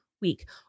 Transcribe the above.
week